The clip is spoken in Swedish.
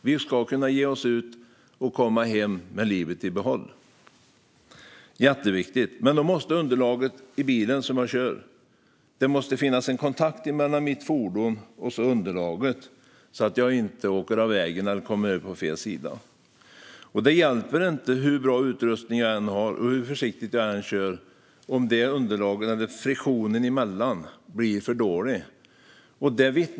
Vi ska kunna ge oss ut och komma hem med livet i behåll. Det är jätteviktigt. Men det måste finnas en kontakt mellan fordonet man kör och underlaget, så att man inte åker av vägen eller kommer över på fel sida. Det hjälper inte hur bra utrustning man än har och hur försiktigt man än kör om friktionen mellan fordonet och underlaget blir för dålig.